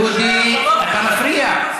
ונראה, דודי, אתה מפריע.